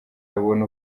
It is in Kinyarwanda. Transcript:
abone